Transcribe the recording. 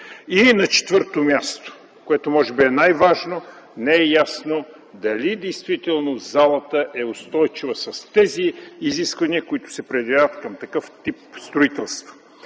И на четвърто място, което може би е най-важно, не е ясно дали действително залата е устойчива с изискванията, които се предявяват към такъв тип строителство.